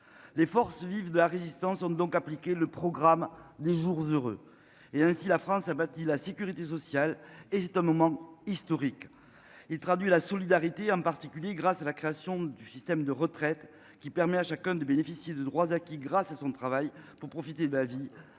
Les forces vives de la résistance ont donc appliquer le programme des jours heureux et ainsi la France a bâti la sécurité sociale hésite un moment historique. Il traduit la solidarité en particulier, grâce à la création du système de retraite qui permet à chacun de bénéficier de droits acquis grâce à son travail pour profiter de la vie,